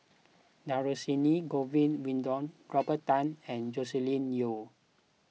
Dhershini Govin Winodan Robert Tan and Joscelin Yeo